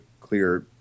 clear